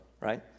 right